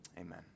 amen